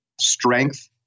strength